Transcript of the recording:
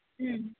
ಹ್ಞ್